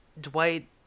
Dwight